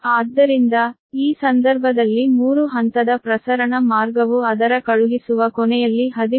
ಆದ್ದರಿಂದ ಈ ಸಂದರ್ಭದಲ್ಲಿ 3 ಹಂತದ ಪ್ರಸರಣ ಮಾರ್ಗವು ಅದರ ಕಳುಹಿಸುವ ಕೊನೆಯಲ್ಲಿ 13